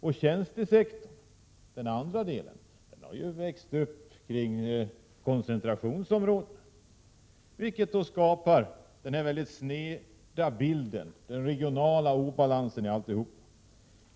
Och tjänstesektorn — den andra delen — har växt kring koncentrationsområdena, vilket skapar den regionala obalansen.